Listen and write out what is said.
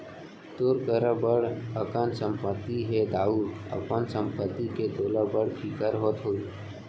तोर करा बड़ अकन संपत्ति हे दाऊ, अपन संपत्ति के तोला बड़ फिकिर होत होही